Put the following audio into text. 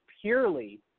purely